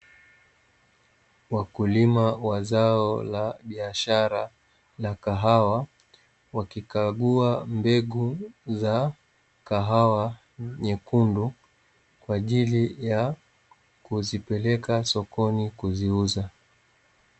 Wakulima wa zao la biashara la kahawa, wakikagua mbegu za kahawa nyekundu kwa ajili ya kuzipeleka sokoni kuziuza.